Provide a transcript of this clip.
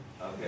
Okay